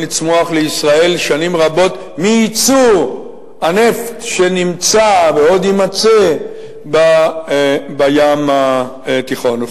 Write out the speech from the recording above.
לצמוח לישראל שנים רבות מייצור הנפט שנמצא ועוד יימצא בים התיכון.